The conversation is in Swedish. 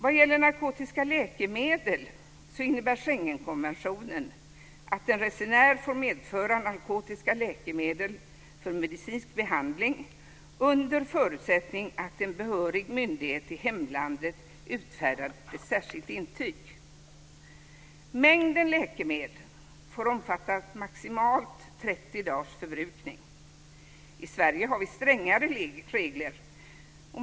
Vad gäller narkotiska läkemedel innebär Schengenkonventionen att en resenär får medföra narkotiska läkemedel för medicinsk behandling under förutsättning att en behörig myndighet i hemlandet utfärdat ett särskilt intyg. Mängden läkemedel får omfatta maximalt 30 dagars förbrukning. I Sverige har vi strängare regler.